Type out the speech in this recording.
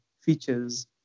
features